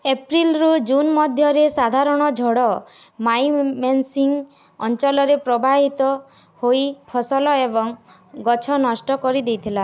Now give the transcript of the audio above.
ଏପ୍ରିଲରୁ ଜୁନ୍ ମଧ୍ୟରେ ସାଧାରଣ ଝଡ଼ ମାଇମେନସିଂ ଅଞ୍ଚଲରେ ପ୍ରବାହିତ ହେଇ ଫସଲ ଏବଂ ଗଛ ନଷ୍ଟ କରି ଦେଇଥିଲା